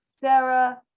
sarah